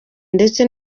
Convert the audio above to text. ndetse